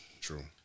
True